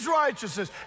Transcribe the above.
righteousness